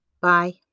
Bye